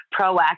proactive